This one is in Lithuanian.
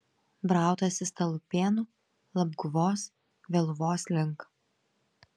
brautasi stalupėnų labguvos vėluvos link